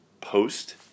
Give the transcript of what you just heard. post